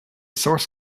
source